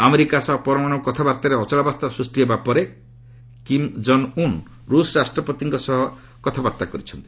America ସହ ପରମାଣୁ କଥାବାର୍ତ୍ତାରେ ଅଚଳାବସ୍ଥା ସୃଷ୍ଟି ହେବା ପରେ କିମ୍ କୋଙ୍ଗ୍ ଉନ୍ ରୁଷ୍ ରାଷ୍ଟ୍ରପତିଙ୍କ ସହ କଥାବାର୍ତ୍ତା କରିଛନ୍ତି